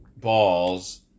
balls